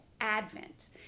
Advent